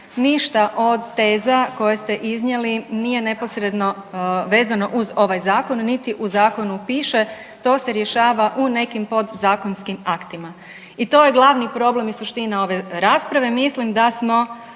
ništa od teza koje ste iznijeli nije neposredno vezano uz ovaj Zakon niti u zakonu piše, to se rješava u nekim podzakonskim aktima i to je glavni problem i suština ove rasprave. Mislim da smo